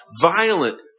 violent